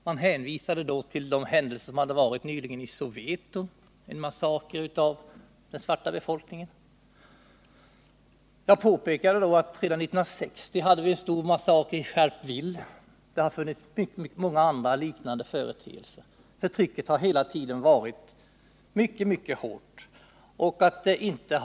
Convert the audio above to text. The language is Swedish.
Man hänvisade då till den händelse — en massaker av den svarta befolkningen — som hade inträffat i Soweto. Jag påpekade då att det redan 1960 ägde rum en stor massaker i Sharpeville. Det har också inträffat många andra liknande händelser. Förtrycket har hela tiden varit mycket, mycket hårt.